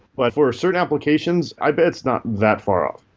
but for ah certain application, i bet it's not that far off.